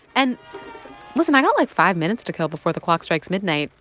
and listen, i've got, like, five minutes to kill before the clock strikes midnight.